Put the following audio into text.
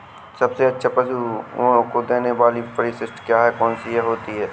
सबसे अच्छा पशुओं को देने वाली परिशिष्ट क्या है? कौन सी होती है?